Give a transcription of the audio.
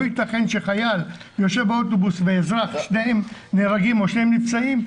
לא ייתכן שחייל ואזרח יושבים באוטובוס ושניהם נפצעים בפיגוע,